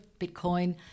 Bitcoin